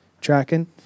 Tracking